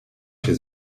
się